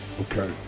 Okay